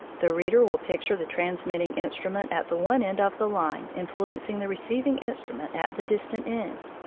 the reader will picture the transmitting instrument at the one end of the line influencing the receiving instrument at the distant end.